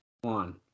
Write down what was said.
One